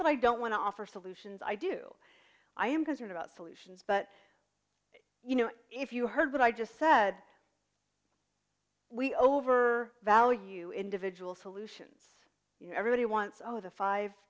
that i don't want to offer solutions i do i am concerned about solutions but you know if you heard what i just said we over value individual solutions you know everybody wants oh the five